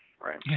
Right